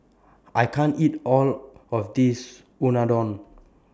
I can't eat All of This Unadon